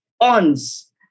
ons